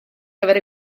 gyfer